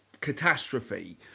catastrophe